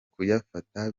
kuyafata